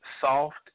soft